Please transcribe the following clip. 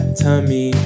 tummy